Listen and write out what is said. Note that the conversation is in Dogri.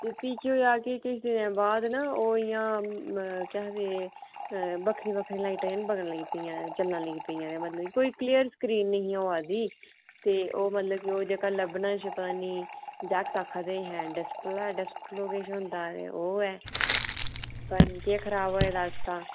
नेईं पैह्ले शीशा भज्जा ते सिर्फ शीशा हा भज्जा ते किन्नी देर धोड़ी चलदा रेहा